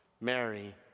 Mary